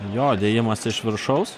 jo dėjimas iš viršaus